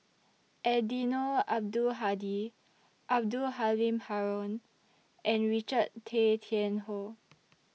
Eddino Abdul Hadi Abdul Halim Haron and Richard Tay Tian Hoe